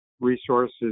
resources